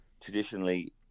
traditionally